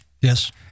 Yes